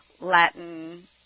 Latin